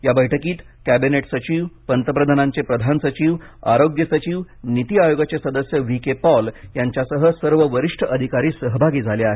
या बैठकीत कॅबिनेट सचिव पंतप्रधानांचे प्रधान सचिव आरोग्य सचिव नीती आयोगाचे सदस्य व्ही के पॉल यांच्यासह सर्व वरिष्ठ अधिकारी सहभागी झाले आहेत